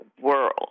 World